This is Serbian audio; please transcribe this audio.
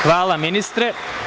Hvala ministre.